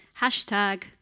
Hashtag